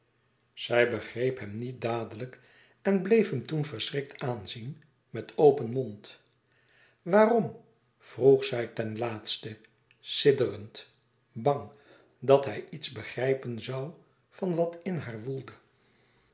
zij begreep hem niet dadelijk en bleef hem toen verschrikt aanzien met open mond waarom vroeg zij ten laatste sidderend bang dat hij iets begrijpen zoû van wat in haar woelde